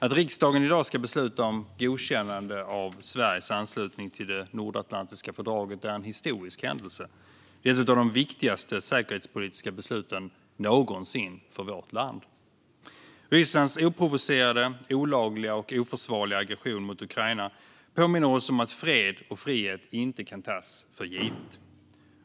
Att riksdagen i dag ska besluta om godkännande av Sveriges anslutning till det nordatlantiska fördraget är en historisk händelse. Det är ett av de viktigaste säkerhetspolitiska besluten någonsin för vårt land. Rysslands oprovocerade, olagliga och oförsvarliga aggression mot Ukraina påminner oss om att fred och frihet inte kan tas för givet.